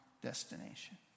destination